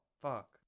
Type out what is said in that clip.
fuck